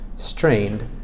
strained